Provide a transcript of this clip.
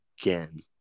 again